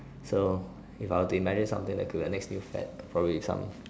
so if I were to imagine something that could be the next new fad will probably some